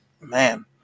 man